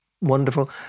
wonderful